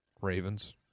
Ravens